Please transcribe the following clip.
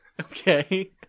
Okay